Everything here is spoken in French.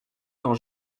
quand